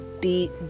deep